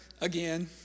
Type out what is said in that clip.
again